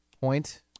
point